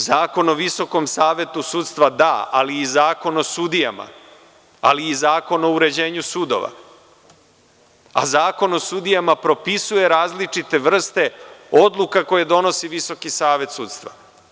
Zakon o Visokom savetu sudstva da, ali i Zakon o sudijama, ali i Zakon o uređenju sudova, a Zakon o sudijama propisuje različite vrste odluka koje donosi Visoki savet sudstva.